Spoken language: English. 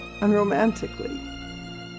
unromantically